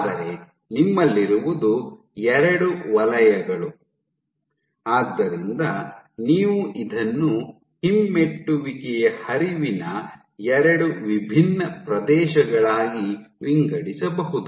ಆದರೆ ನಿಮ್ಮಲ್ಲಿರುವುದು ಎರಡು ವಲಯಗಳು ಆದ್ದರಿಂದ ನೀವು ಇದನ್ನು ಹಿಮ್ಮೆಟ್ಟುವಿಕೆಯ ಹರಿವಿನ ಎರಡು ವಿಭಿನ್ನ ಪ್ರದೇಶಗಳಾಗಿ ವಿಂಗಡಿಸಬಹುದು